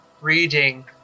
reading